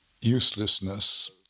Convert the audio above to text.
uselessness